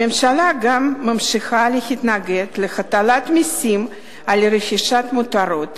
הממשלה גם ממשיכה להתנגד להטלת מסים על רכישת מותרות.